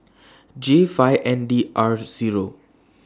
J five N D R Zero